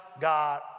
God